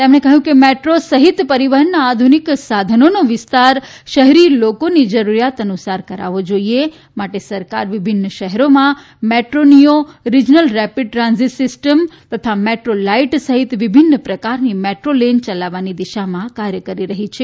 તેમણે કહ્યું કે મેટ્રો સહિત પરિવહનના આધુનિક સાધનોનો વિસ્તાર શહેરી લોકોની જરૂરિયાત અનુસાર કરાવો જોઇએ માટે સરકાર વિભિન્ન શહેરોમાં metro neo regional rapid transit system તથા મેટ્રો લાઇટ સહિત વિભિન્ન પ્રકારની મેટ્રો લેન ચલાવવાની દિશામાં કાર્ય કરી રહી છે